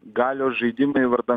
galios žaidimai vardan